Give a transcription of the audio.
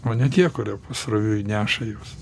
o ne tie kurie pasroviui neša juos